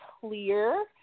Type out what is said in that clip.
clear